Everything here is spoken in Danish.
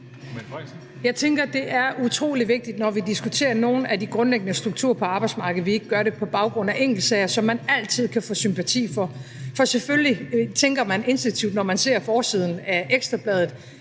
Jeg tænker, det er utrolig vigtigt, når vi diskuterer nogle af de grundlæggende strukturer på arbejdsmarkedet, at vi ikke gør det på baggrund af enkeltsager, som man altid kan få sympati for. For selvfølgelig tænker man instinktivt, når man ser forsiden af Ekstra Bladet